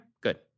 Good